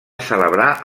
celebrar